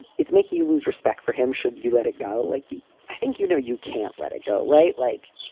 it's making you lose respect for him should you let it go like you think you know, you can't let it go right. like,